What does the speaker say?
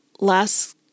last